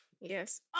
Yes